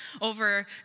over